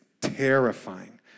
terrifying